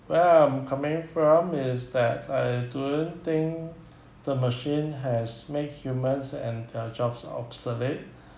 where I'm coming from is that's I don 't think the machine has make humans and their jobs obsolete